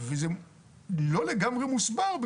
זה לא לגמרי מוסבר,